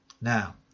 Now